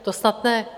To snad ne!